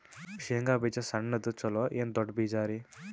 ಶೇಂಗಾ ಬೀಜ ಸಣ್ಣದು ಚಲೋ ಏನ್ ದೊಡ್ಡ ಬೀಜರಿ?